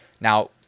Now